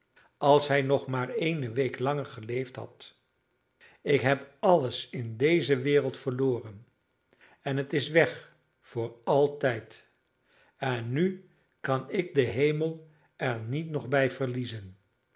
als hij nog maar eene week langer geleefd had ik heb alles in deze wereld verloren en het is weg voor altijd en nu kan ik den hemel er niet nog bij verliezen